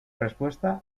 respuesta